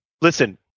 Listen